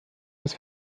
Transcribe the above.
das